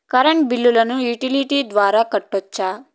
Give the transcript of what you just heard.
Current బిల్లును utility ద్వారా కట్టొచ్చా?